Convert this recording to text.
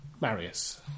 Marius